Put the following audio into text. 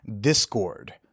discord